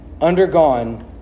undergone